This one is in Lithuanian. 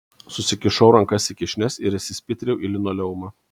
susikišau rankas į kišenes ir įsispitrijau į linoleumą